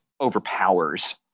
overpowers